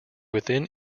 within